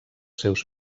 seus